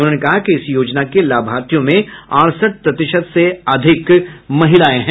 उन्होंने कहा कि इस योजना के लाभार्थियों में अडसठ प्रतिशत से अधिक महिलाएं हैं